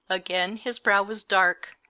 again his brow was dark,